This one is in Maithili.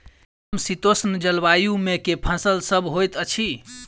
समशीतोष्ण जलवायु मे केँ फसल सब होइत अछि?